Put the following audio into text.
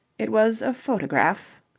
it was a photograph.